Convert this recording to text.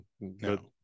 No